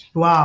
Wow